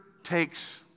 takes